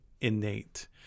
innate